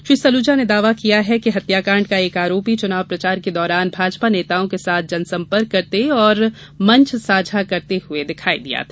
श्री सलूजा ने दावा किया कि हत्याकांड का एक आरोपी चुनाव प्रचार के दौरान भाजपा नेताओं के साथ जनसंपर्क कराते व मंच साझा करते हुए दिखाई दिया था